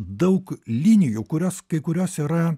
daug linijų kurios kai kurios yra